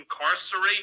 incarcerate